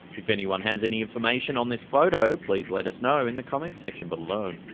if anyone has any information on this photo, please let us know in the comment section below.